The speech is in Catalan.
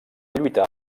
lluitar